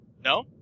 No